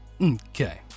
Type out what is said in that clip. okay